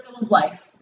life